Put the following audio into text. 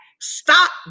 Stop